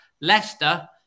Leicester